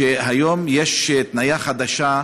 שכן היום יש התניה חדשה,